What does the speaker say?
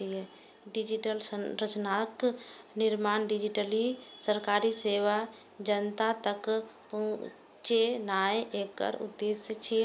digital संरचनाक निर्माण, digitally सरकारी सेवा जनता तक पहुंचेनाय एकर उद्देश्य छियै